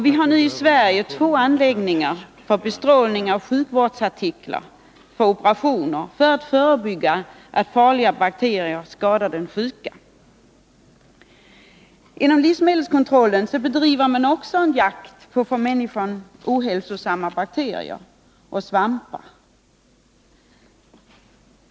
Vi har nu i Sverige två anläggningar för bestrålning av sjukvårdsartiklar för att förebygga att farliga bakterier skadar de sjuka. Inom livsmedelskontrollen bedriver man också en jakt på för människan ohälsosamma bakterier och svampar.